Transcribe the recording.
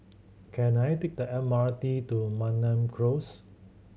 can I take the M R T to Mariam Close